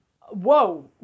whoa